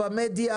במדיה,